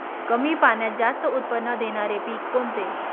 कमी पाण्यात जास्त उत्त्पन्न देणारे पीक कोणते?